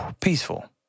peaceful